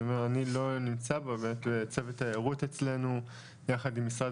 אני לא נמצא בו, צוות תיירות אצלנו יחד עם משרד